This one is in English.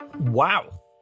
Wow